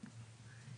והגנים.